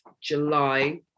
July